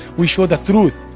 we show the truth.